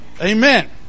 Amen